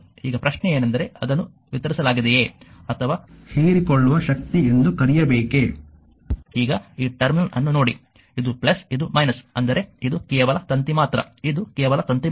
ಈಗ ಪ್ರಶ್ನೆಯೆಂದರೆ ಅದನ್ನು ವಿತರಿಸಲಾಗಿದೆಯೆ ಅಥವಾ ಹೀರಿಕೊಳ್ಳುವ ಶಕ್ತಿ ಎಂದು ಕರೆಯಬೇಕೆ ಈಗ ಈ ಟರ್ಮಿನಲ್ ಅನ್ನು ನೋಡಿ ಇದು ಇದು ಅಂದರೆ ಇದು ಕೇವಲ ತಂತಿ ಮಾತ್ರ ಇದು ಕೇವಲ ತಂತಿ ಮಾತ್ರ